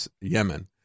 Yemen